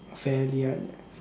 fairly un~